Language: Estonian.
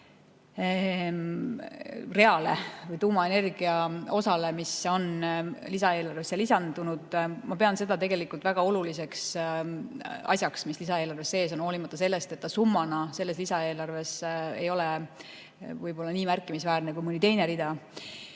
reale või tuumaenergia osale, mis on lisaeelarvesse lisandunud. Ma pean seda tegelikult väga oluliseks asjaks lisaeelarves, hoolimata sellest, et see summa lisaeelarves ei ole võib-olla nii märkimisväärne kui mõni teine rida.